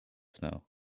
snow